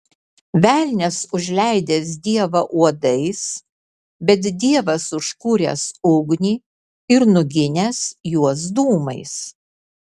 velnias užleidęs dievą uodais bet dievas užkūręs ugnį ir nuginęs juos dūmais